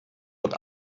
wird